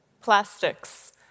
Plastics